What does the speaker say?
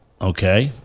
Okay